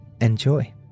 enjoy